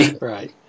right